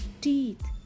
teeth